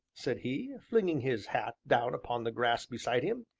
said he, flinging his hat down upon the grass beside him,